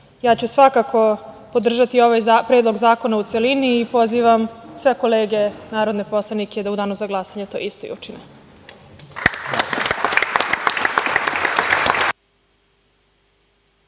ću svakako podržati ovaj Predlog zakona u celini i pozivam sve kolege narodne poslanike da u danu za glasanje to isto i učine.